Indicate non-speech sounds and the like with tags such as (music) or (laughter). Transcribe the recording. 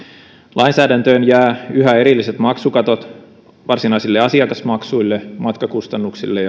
lainsäädäntöön jää yhä erilliset maksukatot varsinaisille asiakasmaksuille matkakustannuksille (unintelligible)